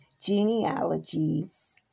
genealogies